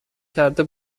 کرده